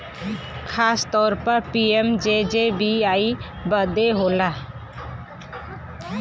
खासतौर पर पी.एम.जे.जे.बी.वाई बदे होला